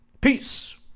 Peace